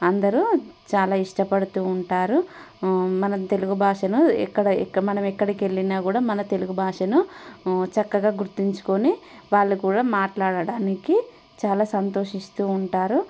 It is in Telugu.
అందరూ చాలా ఇష్టపడుతూ ఉంటారు మనం తెలుగు భాషను ఎక్కడ మనం ఎక్కడికెళ్ళినా కూడా మన తెలుగు భాషను చక్కగా గుర్తుంచుకుని వాళ్ళు కూడా మాట్లాడడానికి చాలా సంతోషిస్తూ ఉంటారు